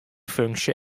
funksje